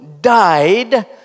died